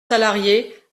salariés